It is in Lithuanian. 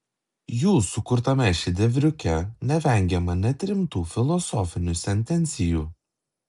jų sukurtame šedevriuke nevengiama net rimtų filosofinių sentencijų